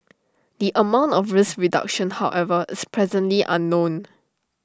the amount of risk reduction however is presently unknown